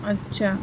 اچھا